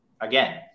again